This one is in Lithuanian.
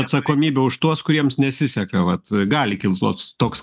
atsakomybę už tuos kuriems nesiseka vat gali kilt toks